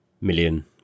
million